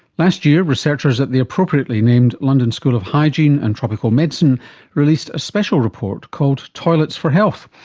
last year, researchers at the appropriately named london school of hygiene and tropical medicine released a special report called toilets for health.